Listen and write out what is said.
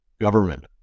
government